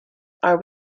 are